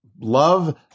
love